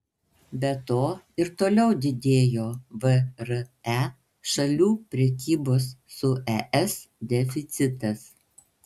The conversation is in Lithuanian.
be to ir toliau didėjo vre šalių prekybos su es deficitas